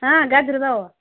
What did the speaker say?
ಹಾಂ ಗಜ್ರಿ ಇದಾವು